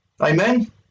Amen